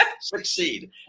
succeed